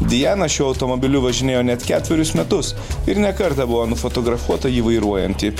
diana šiuo automobiliu važinėjo net ketverius metus ir ne kartą buvo nufotografuota jį vairuojantį